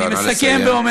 נא לסיים.